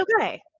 okay